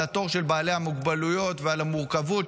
התור של בעלי המוגבלויות ועל המורכבות,